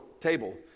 table